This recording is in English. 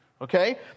okay